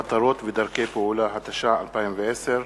(מטרות ודרכי פעולה), התש"ע 2010,